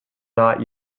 not